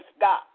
God